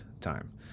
time